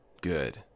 good